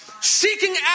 Seeking